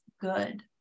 good